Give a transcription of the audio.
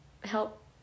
help